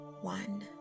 one